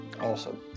Awesome